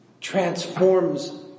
transforms